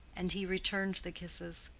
and he returned the kisses.